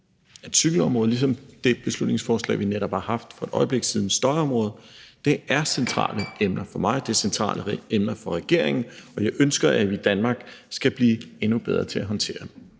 at cykelområdet – ligesom i forhold til det beslutningsforslag, som vi netop har haft oppe, om støjområdet – er et centralt emne for mig; de områder er centrale emner for regeringen. Og dem ønsker jeg vi i Danmark skal blive endnu bedre til at håndtere.